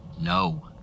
No